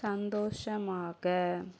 சந்தோஷமாக